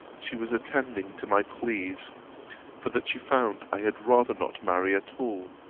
she was attending to my pleas for that she found i had rather not marry at all.